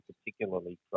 particularly